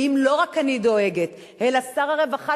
ואם לא רק אני דואגת אלא שר הרווחה,